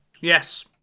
Yes